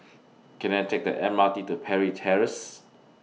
Can I Take The M R T to Parry Terrace